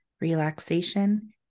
relaxation